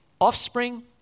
offspring